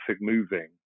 moving